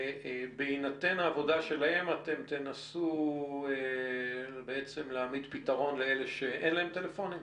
ובהינתן העבודה שלכם אתם תנסו להעמיד פתרון לאלה שאין להם טלפונים?